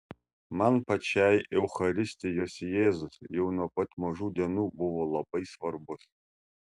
man pačiai eucharistijos jėzus jau nuo pat mažų dienų buvo labai svarbus